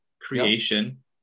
creation